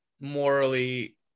morally